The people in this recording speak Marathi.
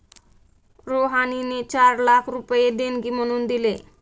रुहानीने चार लाख रुपये देणगी म्हणून दिले